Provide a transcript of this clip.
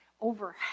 over